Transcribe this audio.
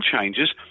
changes